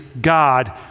God